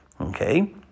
Okay